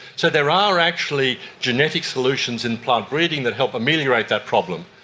so there are actually genetic solutions in plant breeding that help ameliorate that problem.